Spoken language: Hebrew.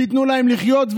תיתנו להם לחיות,